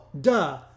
duh